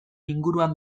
inguruan